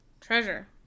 treasure